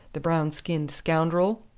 the brown-skinned scoundrel!